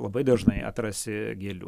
labai dažnai atrasi gėlių